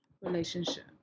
relationship